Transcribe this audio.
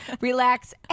relax